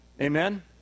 Amen